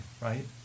right